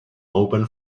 open